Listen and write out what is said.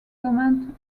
comment